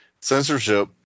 censorship